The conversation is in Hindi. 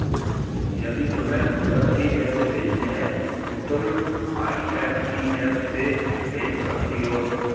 यदि तुम्हें तुरंत ही पैसे भेजने हैं तो तुम आई.एम.पी.एस से भेज सकती हो